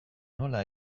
nola